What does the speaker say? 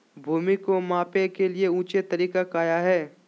भूमि को मैपल के लिए ऊंचे तरीका काया है?